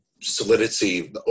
solidity